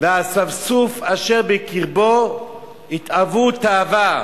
והאספסוף אשר בקרבו התאוו תאווה